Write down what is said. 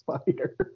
spider